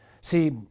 See